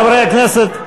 חברי הכנסת,